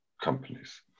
companies